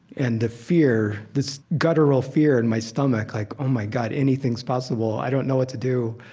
and the fear, this guttural fear in my stomach, like oh, my god, anything's possible. i don't know what to do.